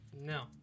No